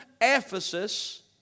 Ephesus